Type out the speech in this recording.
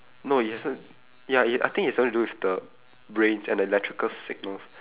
no it isn't ya it I think it's something to do with the brains and electrical signals